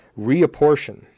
reapportion